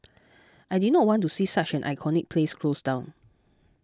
I did not want to see such an iconic place close down